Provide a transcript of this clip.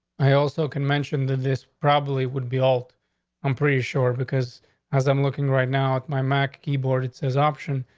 i also can mentioned that this probably would be all i'm pretty sure because as i'm looking right now, my mac keyboard, it says option.